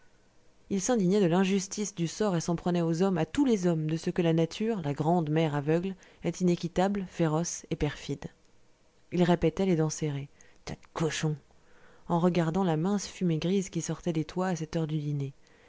il s'indignait de l'injustice du sort et s'en prenait aux hommes à tous les hommes de ce que la nature la grande mère aveugle est inéquitable féroce et perfide il répétait les dents serrées tas de cochons en regardant la mince fumée grise qui sortait des toits à cette heure du dîner